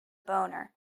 boner